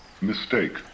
mistake